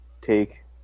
take